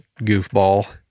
goofball